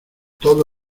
todo